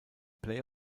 play